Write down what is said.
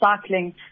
cycling